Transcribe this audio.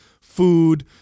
food